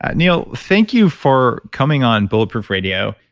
ah neil, thank you for coming on bulletproof radio.